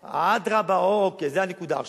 אדרבה, אוקיי, זאת הנקודה עכשיו.